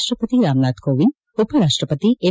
ರಾಷ್ಟಪತಿ ರಾಮನಾಥ್ ಕೋವಿಂದ್ ಉಪರಾಷ್ಟ ಪತಿ ಎಂ